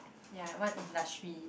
ya in what industry